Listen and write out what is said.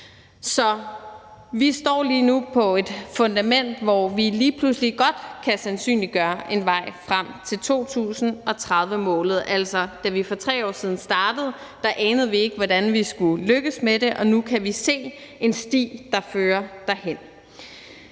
Så vi står lige nu på et fundament, hvor vi lige pludselig godt kan sandsynliggøre en vej frem til 2030-målet. Altså, da vi for 3 år siden startede, anede vi ikke, hvordan vi skulle lykkes med det, og nu kan vi se en sti, der fører derhen.